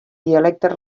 dialectes